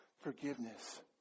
Forgiveness